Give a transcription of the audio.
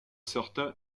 certain